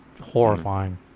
horrifying